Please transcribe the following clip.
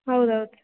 ಹೌದು ಹೌದು